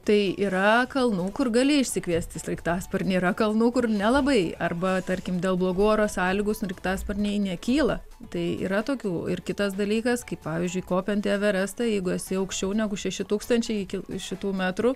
tai yra kalnų kur gali išsikviesti sraigtasparnį yra kalnų kur nelabai arba tarkim dėl blogų oro sąlygų sraigtasparniai nekyla tai yra tokių ir kitas dalykas kaip pavyzdžiui kopiant į everestą jeigu esi aukščiau negu šeši tūkstančiai iki šitų metrų